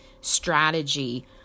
strategy